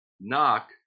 Knock